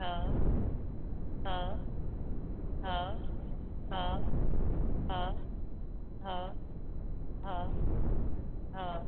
हा हा हा हा हा हा हा हा